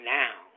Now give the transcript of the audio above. now